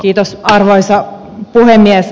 kiitos arvoisa puhemies